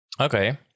Okay